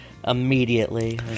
Immediately